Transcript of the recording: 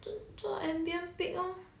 做 ambient pick lor